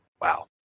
Wow